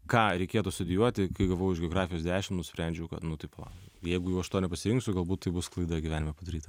ką reikėtų studijuoti kai gavau iš geografijos dešim nusprendžiau kad nu tipo jeigu jau aš to nepasirinksiu galbūt tai bus klaida gyvenime padaryta